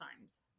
times